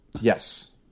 Yes